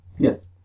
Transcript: Yes